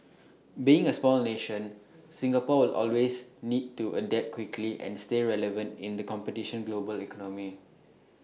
being A small nation Singapore will always need to adapt quickly and stay relevant in the competition global economy